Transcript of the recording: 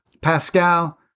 Pascal